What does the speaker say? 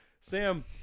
sam